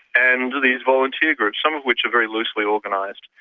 and these volunteer groups, some of which are very loosely organised,